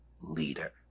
leader